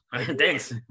Thanks